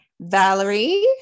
Valerie